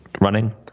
running